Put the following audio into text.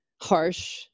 harsh